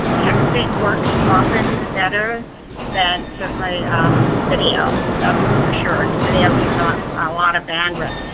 ah texting works often better than certainly video, that's for sure, because video eats ah up a lot of bandwidth,